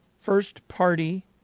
first-party